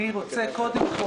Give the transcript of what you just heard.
אני רוצה קודם כל